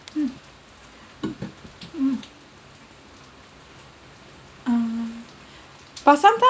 mm mm ah but some time